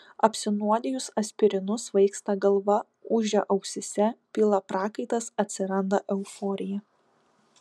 apsinuodijus aspirinu svaigsta galva ūžia ausyse pila prakaitas atsiranda euforija